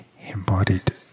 embodied